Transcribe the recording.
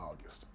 August